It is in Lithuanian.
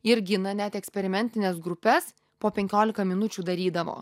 irgi na net eksperimentines grupes po penkiolika minučių darydavo